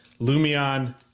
Lumion